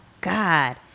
God